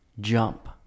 jump